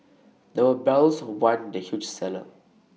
there were barrels of wine the huge cellar